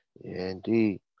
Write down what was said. indeed